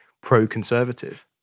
pro-conservative